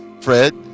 Fred